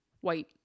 white